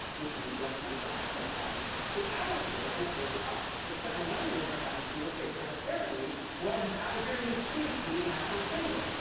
which means less money for our retirement, so our kids will pay for us, except millennials are having fewer kids, cause apparently we're all just out here in these streets eating ass on tinder.